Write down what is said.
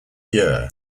year